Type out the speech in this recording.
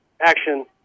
action